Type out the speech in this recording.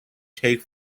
take